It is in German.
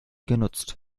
genutzt